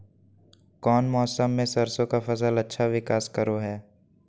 कौन मौसम मैं सरसों के फसल अच्छा विकास करो हय?